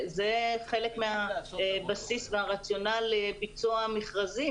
זה חלק מהבסיס והרציונל לביצוע המכרזים